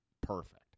perfect